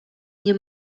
nie